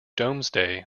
domesday